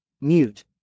Mute